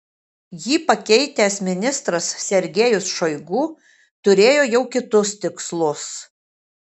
jį pakeitęs ministras sergejus šoigu turėjo jau kitus tikslus